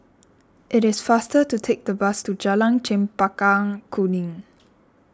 it is faster to take the bus to Jalan Chempaka Kuning